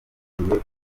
hakwiye